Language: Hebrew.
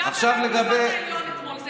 גם בבית המשפט העליון אתמול.